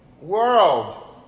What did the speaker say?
world